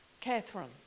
Catherine